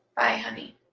bye, honey.